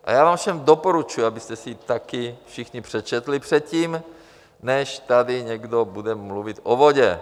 A já vám všem doporučuji, abyste si ji taky všichni přečetli předtím, než tady někdo bude mluvit o vodě.